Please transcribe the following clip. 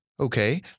Okay